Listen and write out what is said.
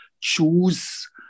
choose